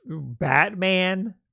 Batman